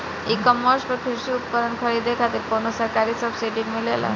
ई कॉमर्स पर कृषी उपकरण खरीदे खातिर कउनो सरकारी सब्सीडी मिलेला?